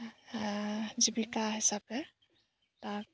জীৱিকা হিচাপে তাক